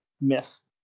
miss